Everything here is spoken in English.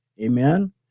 Amen